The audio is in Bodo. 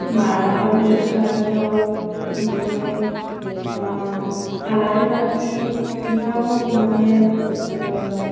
मालाबा मोनस्लाबियाव मानि ओह आलारि बाथियाव मानि ओह